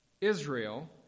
Israel